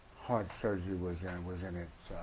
heart surgery was yeah was in its